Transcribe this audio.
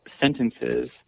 sentences